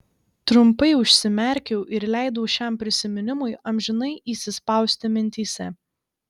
trumpai užsimerkiau ir leidau šiam prisiminimui amžinai įsispausti mintyse